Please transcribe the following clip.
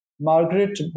Margaret